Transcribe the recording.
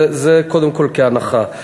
זה קודם כול כהנחה.